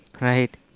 Right